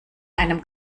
einem